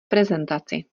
prezentaci